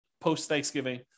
post-Thanksgiving